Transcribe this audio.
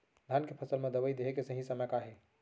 धान के फसल मा दवई देहे के सही समय का हे?